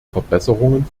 verbesserungen